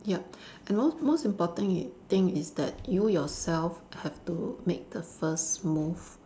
yup and most most important i~ thing is that you yourself have to make the first move